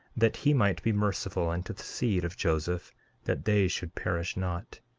that he might be merciful unto the seed of joseph that they should perish not,